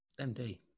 MD